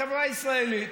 החברה הישראלית,